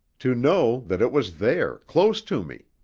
to know that it was there, close to me!